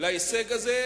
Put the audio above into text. להישג הזה,